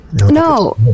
No